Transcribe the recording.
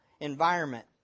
environment